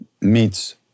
meets